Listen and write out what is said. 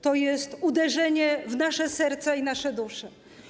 To jest uderzenie w nasze serca i nasze dusze.